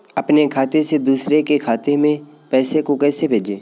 अपने खाते से दूसरे के खाते में पैसे को कैसे भेजे?